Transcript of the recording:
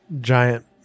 Giant